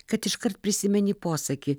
kad iškart prisimeni posakį